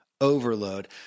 overload